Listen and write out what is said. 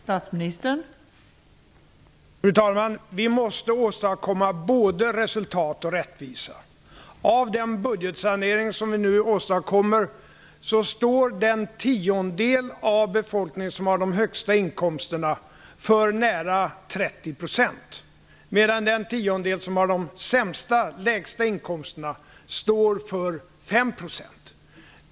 Fru talman! Vi måste åstadkomma både resultat och rättvisa. Av den budgetsanering som vi nu åstadkommer står den tiondel av befolkningen som har de högsta inkomsterna för nära 30 %, medan den tiondel som har de lägsta inkomsterna står för 5 %.